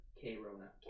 K-Rona